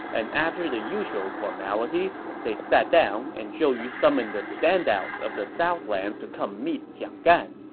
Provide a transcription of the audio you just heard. and after the usual formalities, they sat down and zhou yu summoned the standouts of the southlands to come meet jiang gan.